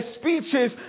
speeches